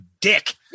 dick